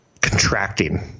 contracting